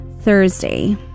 Thursday